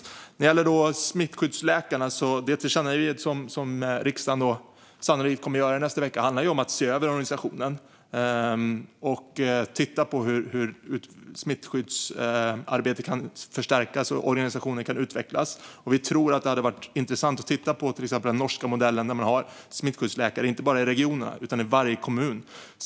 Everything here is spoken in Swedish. När det gäller smittskyddsläkarna och det tillkännagivande som riksdagen sannolikt kommer att rikta i nästa vecka handlar det om att se över organisationen och titta på hur smittskyddsarbetet kan förstärkas och organisationer utvecklas. Vi tror att det hade varit intressant att titta på till exempel den norska modellen, där man har smittskyddsläkare inte bara i regionerna utan i varje kommun.